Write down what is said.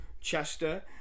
Chester